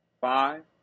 five